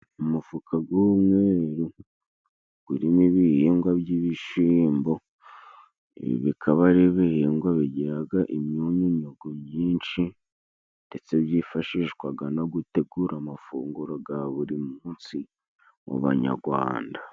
Umufuka g'umweru gurimo ibihingwa by'ibishimbo, ibi bikaba ari ibihingwa bigiraga imyunyu ngugu myinshi ndetse byifashishwaga no gutegura amafunguro ga buri munsi mu banyagwanda.